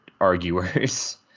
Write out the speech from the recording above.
arguers